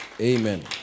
Amen